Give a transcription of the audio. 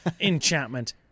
enchantment